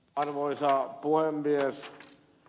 arvoisa puhemies